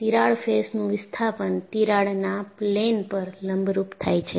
તિરાડ ફેસનું વિસ્થાપન તિરાડના પ્લેન પર લંબરૂપ થાય છે